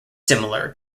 similar